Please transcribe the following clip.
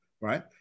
right